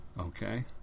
okay